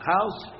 House